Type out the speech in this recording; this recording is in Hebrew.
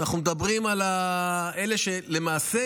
אנחנו מדברים על אלה שלמעשה